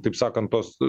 taip sakant tos